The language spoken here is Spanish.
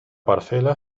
parcela